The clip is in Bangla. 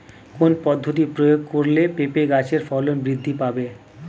কোন পদ্ধতি প্রয়োগ করলে পেঁপে গাছের ফলন বৃদ্ধি পাবে?